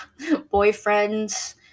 boyfriends